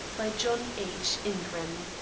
by john h. ingram.